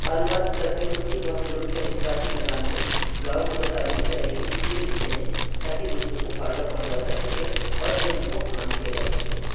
معلومات کی ترسیل ہوتی ہے بہت سے لوگ تحقیقاتی مضامین بلاگس یا تعلیمی تحریری اس لیے لکھتے ہیں تاکہ دوسروں کو فائدہ پہنچایا جا سکے اور علم کو عام کیا جا سکتے